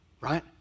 Right